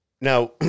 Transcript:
now